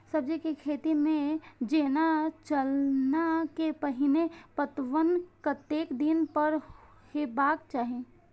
सब्जी के खेती में जेना चना के पहिले पटवन कतेक दिन पर हेबाक चाही?